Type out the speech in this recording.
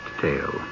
tale